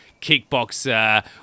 Kickboxer